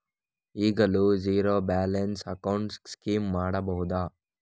ಈಗಲೂ zero balance account scheme ಮಾಡಬಹುದಾ?